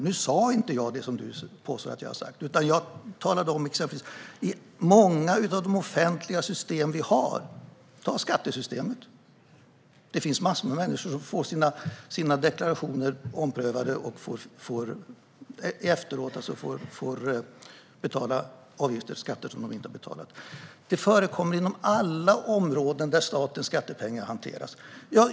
Jag sa inte det du påstod att jag gjorde, Anders W Jonsson, utan jag talade om att detta förekommer i många av de offentliga system vi har. Ta skattesystemet! Det finns många människor som får sina deklarationer omprövade och sedan får betala avgifter och skatter de inte hade betalat. Det förekommer inom alla områden där statens pengar hanteras.